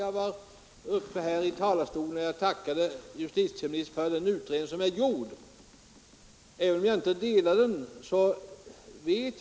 Jag tackade i mitt anförande justitieministern för den utredning som är gjord, fastän jag inte instämmer i den.